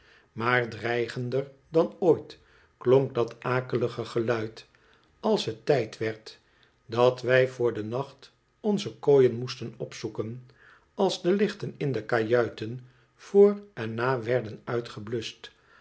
maar dreigender dan ooit klonk dat akelige geluid als het tijd werd dat wij voor den nacht onze kooien moesten opzoeken als de lichten in de kajuiten voor en na werden uitgebluscht